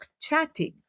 chatting